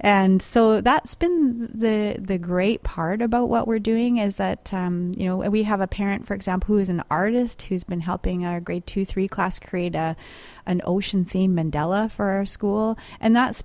and so that's been the great part about what we're doing is that you know we have a parent for example who is an artist who's been helping our grade two three class create a an ocean theme mandella for school and that's